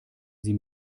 sie